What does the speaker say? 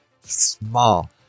Small